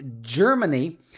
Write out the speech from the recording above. Germany